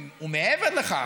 מעבר לכך,